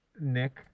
Nick